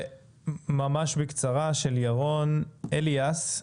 ממש בקצרה והפעם של ירון אליאס,